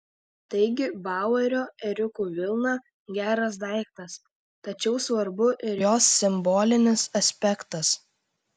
taigi bauerio ėriukų vilna geras daiktas tačiau svarbu ir jos simbolinis aspektas